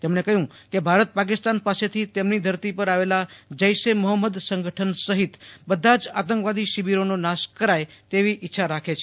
તેમણે કહ્યું કે ભારત પાકિસ્તાન પાસેથી તેમની ઘરતી પર આવેલા જૈશ એ મહંમદ સંગઠન સહિત બધા જ આતંકવાદી શિબિરોનો નાશ કરાય તેવી ઇચ્છા રાખે છે